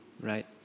right